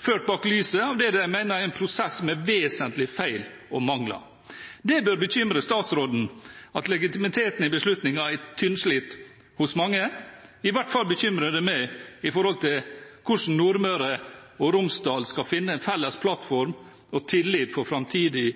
ført bak lyset av det de mener er en prosess med vesentlige feil og mangler. Det bør bekymre statsråden at legitimiteten i beslutningen er tynnslitt hos mange. I hvert fall bekymrer det meg med tanke på hvordan Nordmøre og Romsdal skal finne en felles plattform og tillit for framtidig